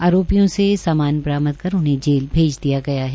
आरोपी से सामान बरामद कर उन्हें जेल भेज दिया गया है